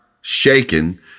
shaken